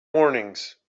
warnings